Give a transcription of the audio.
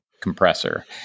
compressor